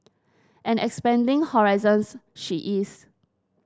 and expanding horizons she is